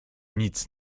nic